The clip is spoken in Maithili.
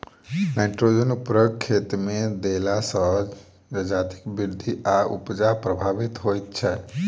नाइट्रोजन उर्वरक खेतमे देला सॅ जजातिक वृद्धि आ उपजा प्रभावित होइत छै